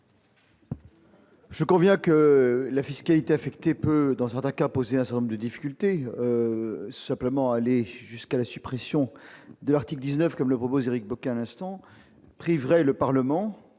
Je conviens que la fiscalité affectée peut, dans certains cas, poser un certain nombre de difficultés. Seulement, aller jusqu'à supprimer l'article 19, comme le propose Éric Bocquet, priverait le Parlement